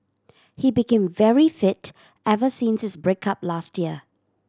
he became very fit ever since his break up last year